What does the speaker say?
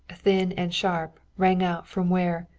thin and sharp, rang out from where,